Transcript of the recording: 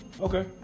Okay